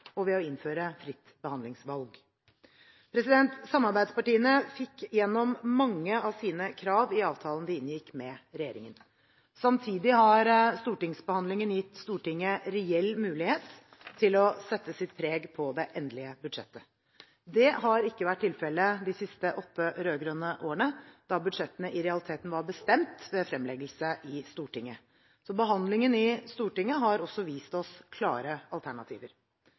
og ved å innføre fritt behandlingsvalg. Samarbeidspartiene fikk igjennom mange av sine krav i avtalen de inngikk med regjeringen. Samtidig har stortingsbehandlingen gitt Stortinget reell mulighet til å sette sitt preg på det endelige budsjettet. Det har ikke vært tilfellet de siste åtte rød-grønne årene, da budsjettene i realiteten var bestemt ved fremleggelse i Stortinget. Behandlingen i Stortinget har også vist oss klare alternativer: